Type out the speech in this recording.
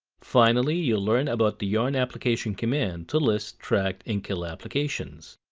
finally, you learned about the yarn application command to list, track, and kill applications.